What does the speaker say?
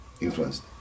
influenced